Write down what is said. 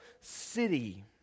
city